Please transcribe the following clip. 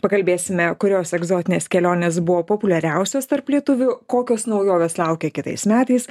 pakalbėsime kurios egzotinės kelionės buvo populiariausios tarp lietuvių kokios naujovės laukia kitais metais